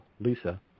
lisa